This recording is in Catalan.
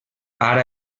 ara